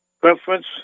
preference